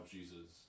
Jesus